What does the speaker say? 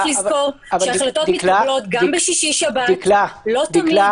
צריך לזכור שהחלטות מתקבלות גם בשישי-שבת, לא תמיד